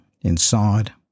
inside